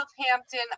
Southampton